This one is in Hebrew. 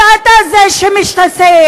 ואתה זה שמשתסה.